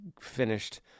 finished